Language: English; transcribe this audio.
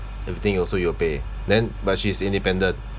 everything you also you pay then but she is independent